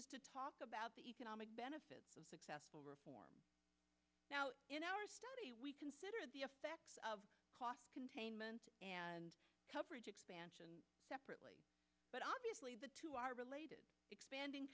is to talk about the economic benefits of successful reform in our study we consider the cost containment and coverage expansion separately but obviously the two are related expanding